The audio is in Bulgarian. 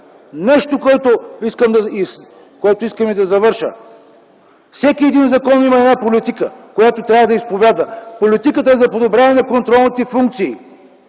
нещо, с което искам и да завърша. Всеки един закон има една политика, която трябва да изповядва. Политиката е за подобряване на контролните функции.